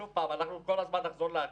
שוב, אנחנו כל הזמן נחזור לאכיפה.